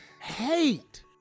hate